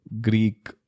Greek